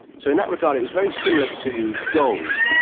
so in that regard it was very similar to gold,